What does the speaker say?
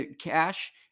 cash